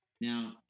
Now